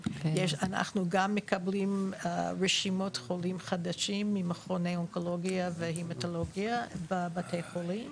מקבלים רשימות חולים חדשים ממכוני אונקולוגיה והמטולוגיה מבתי החולים